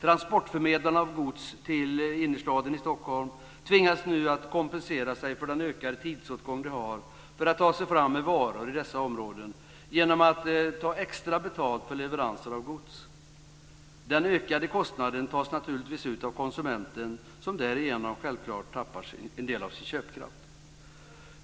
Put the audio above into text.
Transportförmedlarna av gods till innerstaden i Stockholm tvingas nu att kompensera sig för den ökade tidsåtgång de har för att ta sig fram med varor i dessa områden genom att ta extra betalt för leveranser av gods. Den ökade kostnaden tas naturligtvis ut av konsumenten, som därigenom självfallet tappar en del av sin köpkraft.